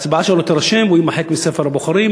ההצבעה שלו תירשם והוא יימחק מספר הבוחרים.